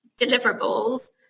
deliverables